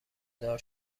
دار